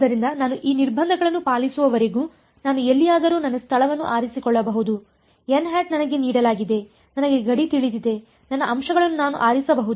ಆದ್ದರಿಂದ ನಾನು ಈ ನಿರ್ಬಂಧಗಳನ್ನು ಪಾಲಿಸುವವರೆಗೂ ನಾನು ಎಲ್ಲಿಯಾದರೂ ನನ್ನ ಸ್ಥಳವನ್ನು ಆರಿಸಿಕೊಳ್ಳಬಹುದು ನನಗೆ ನೀಡಲಾಗಿದೆ ನನಗೆ ಗಡಿ ತಿಳಿದಿದೆ ನನ್ನ ಅಂಶಗಳನ್ನು ನಾನು ಆರಿಸಬಹುದೇ